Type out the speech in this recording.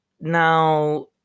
Now